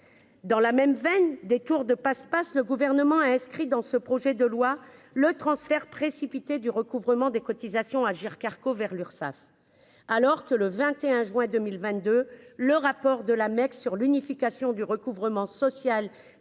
dans la même veine, des tours de passe-passe, le gouvernement a inscrit dans ce projet de loi, le transfert précipité du recouvrement des cotisations Agirc-Arrco vers l'Urssaf, alors que le 21 juin 2022, le rapport de la Mecque sur l'unification du recouvrement social